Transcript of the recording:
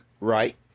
Right